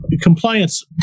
compliance